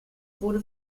wurde